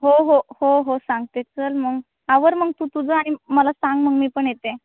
हो हो हो हो सांगते चल मग आवर मग तू तुझं आणि मला सांग मग मी पण येते